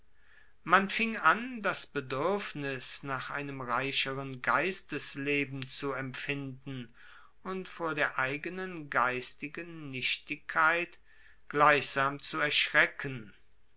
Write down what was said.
man fing an das beduerfnis nach einem reicheren geistesleben zu empfinden und vor der eigenen geistigen nichtigkeit gleichsam zu erschrecken